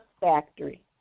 Factory